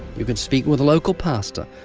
you can speak with a local pastor.